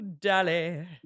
Dolly